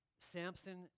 Samson